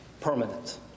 permanent